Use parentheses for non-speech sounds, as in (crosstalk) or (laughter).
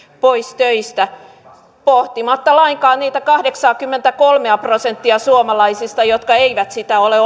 pois töistä pohtimatta lainkaan niitä kahdeksaakymmentäkolmea prosenttia suomalaisista jotka eivät sitä ole (unintelligible)